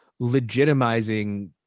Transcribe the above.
legitimizing